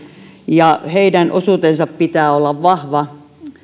ja heidän osuutensa pitää olla vahva